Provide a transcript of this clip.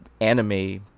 anime